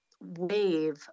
wave